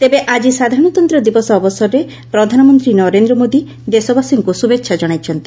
ତେବେ ଆକି ସାଧାରଶତନ୍ତ ଦିବସ ଅବସରରେ ପ୍ରଧାନମନ୍ତୀ ନରେନ୍ଦ୍ର ମୋଦି ଦେଶବାସୀଙ୍କୁ ଶୁଭେଛା ଜଣାଇଛନ୍ତି